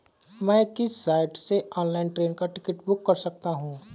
मैं किस साइट से ऑनलाइन ट्रेन का टिकट बुक कर सकता हूँ?